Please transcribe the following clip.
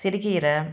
சிறுகீரை